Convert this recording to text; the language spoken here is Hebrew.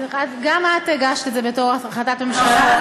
גם את הגשת את זה בתור החלטת ממשלה,